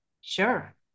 Sure